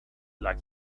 like